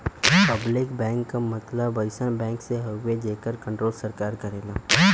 public bank क मतलब अइसन बैंक से हउवे जेकर कण्ट्रोल सरकार करेला